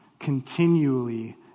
continually